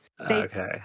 Okay